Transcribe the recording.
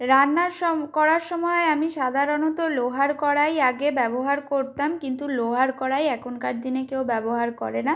রান্নার সম করার সময় আমি সাধারণত লোহার কড়াই আগে ব্যবহার করতাম কিন্তু লোহার কড়াই এখনকার দিনে কেউ ব্যবহার করে না